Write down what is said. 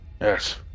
Yes